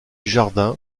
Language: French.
jardin